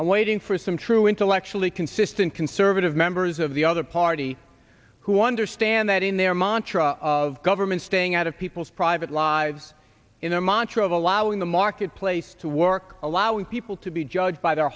i'm waiting for some true intellectually consistent conservative members of the other party who understand that in their mantra of government staying out of people's private lives in a montreaux of allowing the marketplace to work allowing people to be judged by their